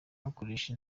gukoresha